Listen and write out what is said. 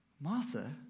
Martha